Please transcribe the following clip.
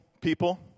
People